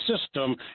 system